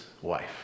wife